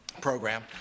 program